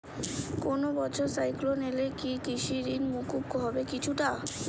কোনো বছর সাইক্লোন এলে কি কৃষি ঋণ মকুব হবে কিছুটা?